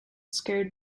scared